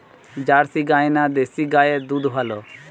Jersey গাই না দেশী গাইয়ের দুধ ভালো?